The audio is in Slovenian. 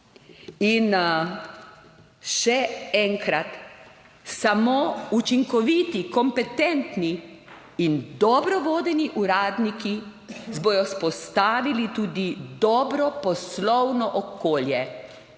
In še enkrat, samo učinkoviti, kompetentni in dobro vodeni uradniki bodo vzpostavili tudi dobro poslovno okolje.